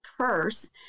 curse